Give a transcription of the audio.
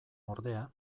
ordea